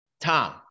Tom